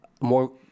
more